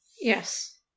Yes